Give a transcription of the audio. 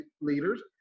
leaders